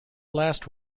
last